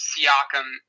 Siakam